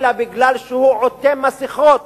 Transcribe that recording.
אלא מפני שהוא עוטה מסכות